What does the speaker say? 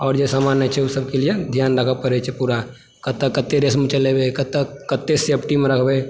आओर जे सामान नहि छै ओ सबके लिए ध्यान राखऽ पड़ै छै पुरा कतऽ कते रेसमे चलेबै कतऽ कते सेफ्टीमे रखबै